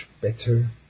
better